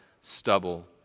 stubble